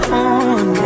on